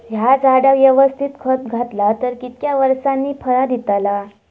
हया झाडाक यवस्तित खत घातला तर कितक्या वरसांनी फळा दीताला?